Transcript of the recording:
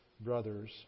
brothers